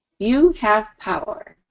you have power.